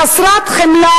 חסרת החמלה,